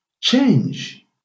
change